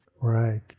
Right